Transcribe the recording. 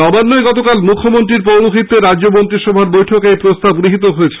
নবান্নে গতকাল মুখ্যমন্ত্রী মমতা ব্যানার্জীর পৌরহিত্যে রাজ্য মন্ত্রিসভার বৈঠকে এই প্রস্তাব গৃহীত হয়েছে